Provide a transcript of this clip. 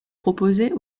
proposées